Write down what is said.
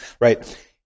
right